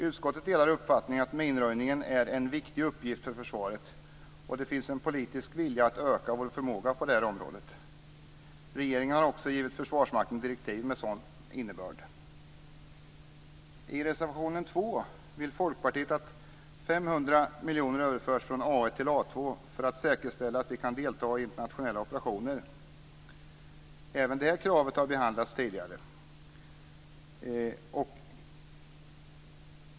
Utskottet delar uppfattningen att minröjningen är en viktig uppgift för försvaret. Det finns en politisk vilja att öka vår förmåga på det här området. Regeringen har också gett Försvarsmakten direktiv med en sådan innebörd. I reservation 2 vill Folkpartiet att 500 miljoner överförs från A1 till A2 för att säkerställa att vi kan delta i internationella operationer. Även det kravet har behandlats tidigare.